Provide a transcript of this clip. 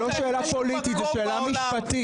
אין מקום בעולם,